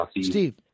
Steve